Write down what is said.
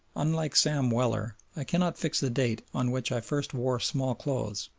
unlike sam weller, i cannot fix the date on which i first wore small clothes,